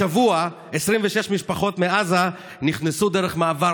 השבוע 26 משפחות מעזה נכנסו דרך מעבר